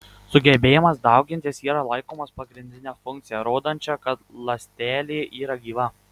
sugebėjimas daugintis yra laikomas pagrindine funkcija rodančia kad ląstelė yra gyva